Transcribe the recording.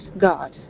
God